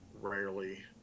rarely